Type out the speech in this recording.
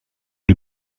die